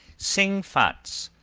sing fat's,